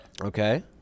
Okay